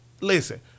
listen